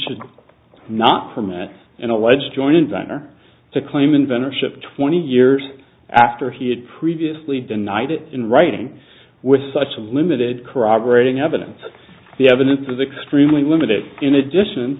should not permit an alleged joint venture to claim inventor ship twenty years after he had previously denied it in writing with such a limited corroborating evidence the evidence is extremely limited in addition